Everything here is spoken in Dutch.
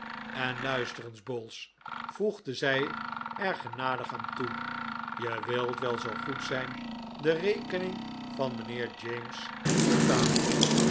en luister eens bowls voegde zij er genadig aan toe je wilt wel zoo goed zijn de rekening van mijnheer james te betalen